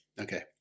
Okay